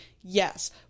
Yes